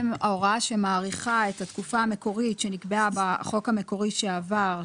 ההוראה שמאריכה את התקופה המקורית שנקבעה בחוק המקורי שעבר,